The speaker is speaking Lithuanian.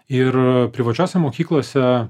ir a privačiose mokyklose